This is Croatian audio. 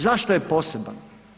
Zašto je poseban?